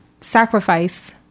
sacrifice